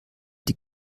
die